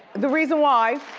the reason why